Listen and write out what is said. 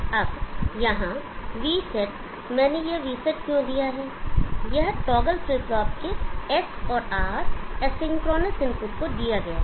अब यहाँ Vset मैंने यह Vset क्यों दिया है यह टॉगल फ्लिप फ्लॉप के S और R एसिंक्रोनस इनपुट को दिया गया है